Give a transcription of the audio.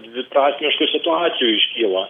dviprasmiškų situacijų iškyla